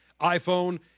iPhone